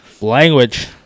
Language